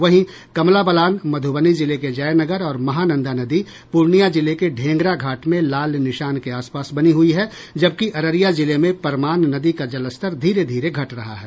वहीं कमला बलान मधुबनी जिले के जयनगर और महानंदा नदी पूर्णिया जिले के ढेंगरा घाट में लाल निशान के आसपास बनी हुई है जबकि अररिया जिले में परमान नदी का जलस्तर धीरे धीरे घट रहा है